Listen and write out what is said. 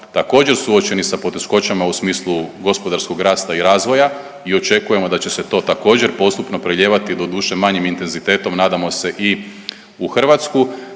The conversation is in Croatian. također suočeni s poteškoćama u smislu gospodarskog rasta i razvoja i očekujemo da će se to također postupno prelijevati doduše manjim intenzitetom nadamo se i u Hrvatsku,